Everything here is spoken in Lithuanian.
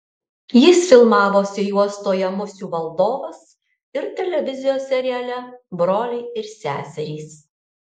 jis filmavosi juostoje musių valdovas ir televizijos seriale broliai ir seserys